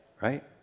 right